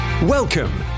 Welcome